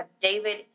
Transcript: David